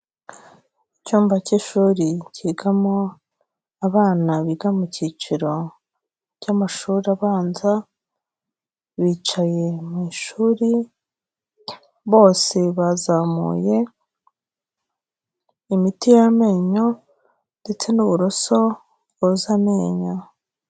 Icyumba cy'ishuri kigamo abana biga mu cyiciro cy'amashuri abanza, bicaye mu ishuri bose bazamuye imiti y'amenyo ndetse n'uburoso bwoza amenyo.